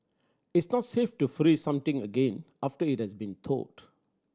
it's not safe to freeze something again after it has been thawed